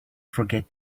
forget